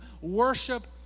worship